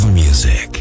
music